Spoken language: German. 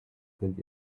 könnt